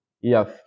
yes